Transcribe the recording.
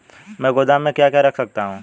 मैं गोदाम में क्या क्या रख सकता हूँ?